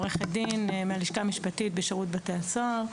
עורכת דין מהלשכה המשפטית בשירות בתי הסוהר.